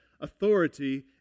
authority